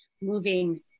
moving